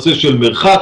וזה נושא של מרחק,